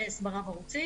יס ורב ערוצי.